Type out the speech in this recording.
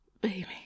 Baby